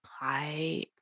apply